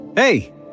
Hey